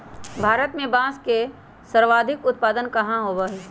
भारत में बांस के सर्वाधिक उत्पादन कहाँ होबा हई?